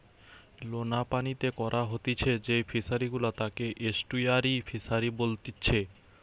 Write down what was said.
লোনা পানিতে করা হতিছে যেই ফিশারি গুলা তাকে এস্টুয়ারই ফিসারী বলেতিচ্ছে